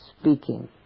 speaking